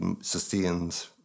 sustained